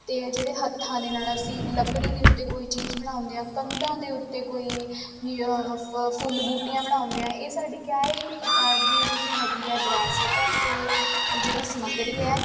ਤੇ ਜਿਹੜੇ ਹੱਥਾਂ ਦੇ ਨਾਲ ਅਸੀਂ ਲੱਕੜੀ ਦੇ ਉੱਤੇ ਕੋਈ ਚੀਜ਼ ਬਣਾਉਂਦੇ ਆ ਕੰਧਾਂ ਦੇ ਉੱਤੇ ਕੋਈ ਫੁੱਲ ਬੂਟੀਆਂ ਬਣਾਉਂਦੇ ਆ ਇਹ ਸਾਡੀ ਕਿਆ ਏ ਇੱਕ ਪ੍ਰਕਾਰ ਦੀ ਜਿਹੜੀ ਹੈਗੀ ਆ ਵਿਰਾਸਤ ਹ ਤੇ ਇਹ ਜਿਹੜੀ ਸਮਗਰੀ ਹ